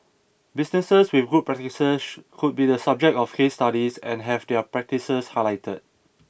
businesses with good practices could be the subject of case studies and have their practices highlighted